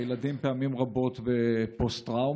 הילדים פעמים רבות בפוסט-טראומה,